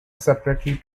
separately